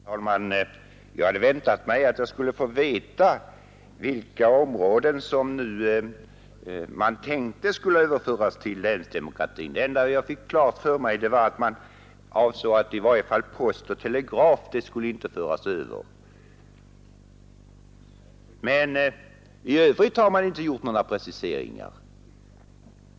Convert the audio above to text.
Herr talman! Jag hade väntat mig att jag skulle få veta på vilka områden man nu tänkte att det skulle införas länsdemokrati. Det enda jag fick klart för mig var att man ansåg att i varje fall post och telegraf skulle hållas utanför. I övrigt har man inte gjort några preciseringar.